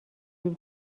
جور